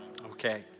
Okay